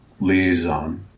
liaison